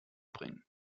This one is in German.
bringen